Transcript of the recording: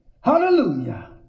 hallelujah